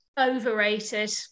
Overrated